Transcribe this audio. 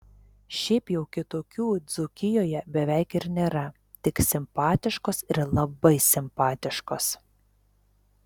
šiaip jau kitokių dzūkijoje beveik ir nėra tik simpatiškos ir labai simpatiškos